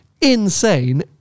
insane